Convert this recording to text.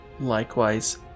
Likewise